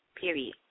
period